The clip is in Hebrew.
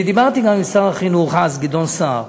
אני דיברתי גם עם שר החינוך אז, גדעון סער,